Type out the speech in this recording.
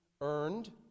earned